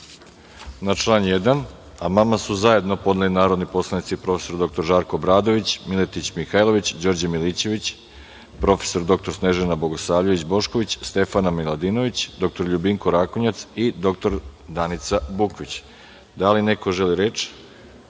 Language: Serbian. član 1. amandman su zajedno podneli narodni poslanici prof. dr Žarko Obradović, Miletić Mihajlović, Đorđe Milićević, prof. dr Snežana Bogosavljević Bošković, Stefana Miladinović, dr Ljubinko Rakonjac i dr Danica Bukvić. Da li neko želi reč? Reč